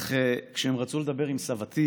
אך כשהם רצו לדבר עם סבתי,